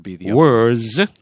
Words